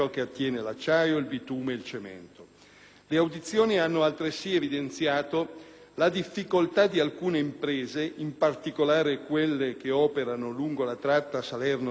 la difficoltà di alcune imprese, in particolare quelle che operano lungo la tratta Salerno-Reggio Calabria, riferita al problema della infiltrazione malavitosa